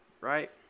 Right